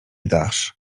dasz